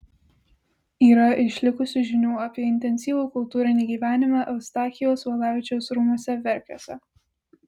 yra išlikusių žinių apie intensyvų kultūrinį gyvenimą eustachijaus valavičiaus rūmuose verkiuose